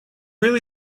really